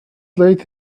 late